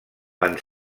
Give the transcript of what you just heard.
van